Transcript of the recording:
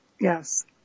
Yes